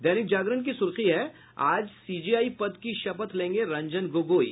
दैनिक जागरण की सुर्खी है आज सीजेआई पद की शपथ लेंगे रंजन गोगोई